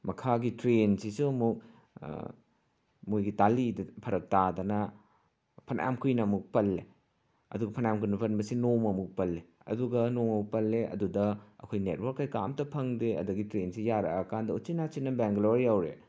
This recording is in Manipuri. ꯃꯈꯥꯒꯤ ꯇ꯭ꯔꯦꯟꯁꯤꯁꯨ ꯑꯃꯨꯛ ꯃꯣꯏꯒꯤ ꯇꯥꯂꯤꯗꯨꯗ ꯐꯔꯛ ꯇꯥꯗꯅ ꯐꯅꯌꯥꯝ ꯀꯨꯏꯅ ꯑꯃꯨꯛ ꯄꯜꯂꯦ ꯑꯗꯨ ꯐꯅꯌꯥꯝ ꯀꯨꯏꯅ ꯄꯟꯕꯁꯤ ꯅꯣꯡꯃꯃꯨꯛ ꯄꯜꯂꯦ ꯑꯗꯨꯒ ꯅꯣꯡꯃꯃꯨꯛ ꯄꯜꯂꯦ ꯑꯗꯨꯗ ꯑꯩꯈꯣꯏ ꯅꯦꯠꯋꯥꯛ ꯀꯩꯀꯥ ꯑꯝꯇ ꯐꯪꯗꯦ ꯑꯗꯒꯤ ꯇ꯭ꯔꯦꯟꯁꯤ ꯌꯥꯔꯛꯑꯀꯥꯟꯗ ꯎꯆꯤꯟ ꯅꯥꯆꯤꯟꯅ ꯕꯦꯡꯒ꯭ꯂꯣꯔ ꯌꯧꯔꯦ